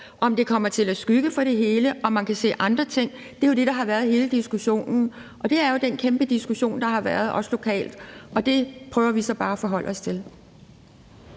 om det kommer til at skygge for det hele, eller om man kan se andre ting, så er det jo det, der har været hele diskussionen. Det er jo den kæmpe diskussion, der har været, også lokalt, og det prøver vi så bare at forholde os til.